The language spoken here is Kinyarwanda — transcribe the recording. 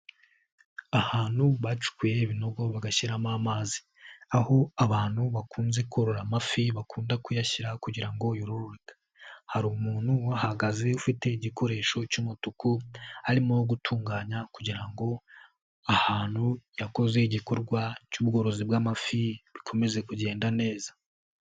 Ahantu bacukuye ibinogo bagashyiramo amazi, aho abantu bakunze korora amafi bakunda kuyashyira kugira ngo yororuke. Hari umuntu wahagaze ufite igikoresho cy'umutuku, arimo gutunganya kugira ngo ahantu yakoze igikorwa cy'ubworozi bw'amafi bikomeze kugenda neza.